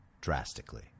drastically